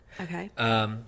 Okay